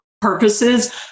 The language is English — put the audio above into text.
purposes